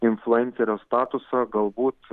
influencerio statusą galbūt